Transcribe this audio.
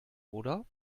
oder